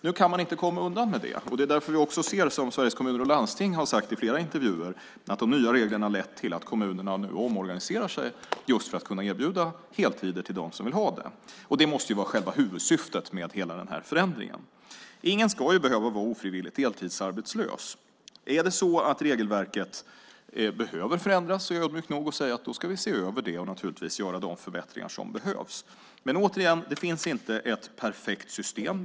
Nu kan man inte komma undan med det, och därför ser vi det som också Sveriges Kommuner och Landsting sagt i flera intervjuer, nämligen att de nya reglerna lett till att kommunerna nu omorganiserar sig just för att kunna erbjuda heltider till dem som vill ha det. Det måste vara själva huvudsyftet med hela förändringen. Ingen ska behöva vara ofrivilligt deltidsarbetslös. Om regelverket behöver förändras är jag ödmjuk nog att säga att vi i så fall ska se över det och naturligtvis göra de förbättringar som behövs. Men återigen, det finns inte ett perfekt system.